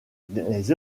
les